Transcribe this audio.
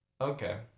Okay